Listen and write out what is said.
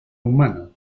humano